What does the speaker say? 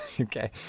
Okay